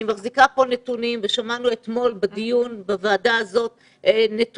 אני מחזיקה כאן נתונים ושמענו אתמול בוועדה נתונים.